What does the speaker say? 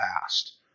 past